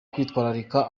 kwitwararika